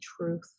truth